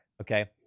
okay